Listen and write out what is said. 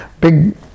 Big